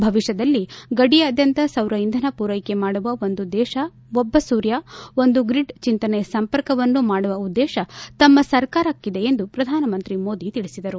ಭವಿಷ್ಣದಲ್ಲಿ ಗಡಿಯಾದ್ಗಂತ ಸೌರ ಇಂಧನ ಪೂರ್ನೆಕೆ ಮಾಡುವ ಒಂದು ದೇಶ ಒಬ್ಲ ಸೂರ್ಯ ಒಂದು ಗ್ರಿಡ್ ಚಿಂತನೆಯ ಸಂಪರ್ಕವನ್ನು ಮಾಡುವ ಉದ್ದೇಶ ತಮ್ಮ ಸರ್ಕಾರಕ್ಕದೆ ಎಂದು ಪ್ರಧಾನಮಂತ್ರಿ ಮೋದಿ ಹೇಳಿದರು